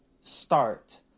start